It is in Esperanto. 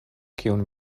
kiun